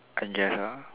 I guess ah